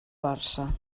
barça